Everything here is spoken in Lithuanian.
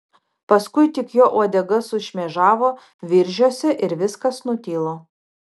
paskui tik jo uodega sušmėžavo viržiuose ir viskas nutilo